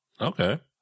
Okay